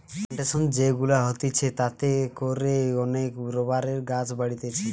plantation যে গুলা হতিছে তাতে করে অনেক রাবারের গাছ বাড়তিছে